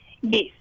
Yes